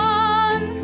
one